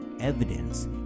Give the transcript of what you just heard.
evidence